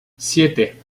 siete